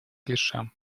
клише